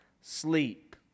sleep